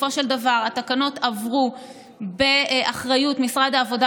בסופו של דבר התקנות עברו באחריות משרד העבודה